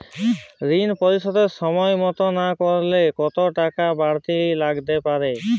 ঋন পরিশোধ সময় মতো না করলে কতো টাকা বারতি লাগতে পারে?